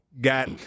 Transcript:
got –